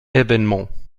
événements